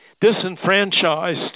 disenfranchised